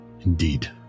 Indeed